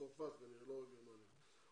כנראה לא גרמניה אלא צרפת.